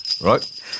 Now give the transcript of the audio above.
Right